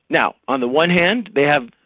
now on the one hand, they have,